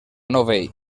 novell